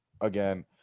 Again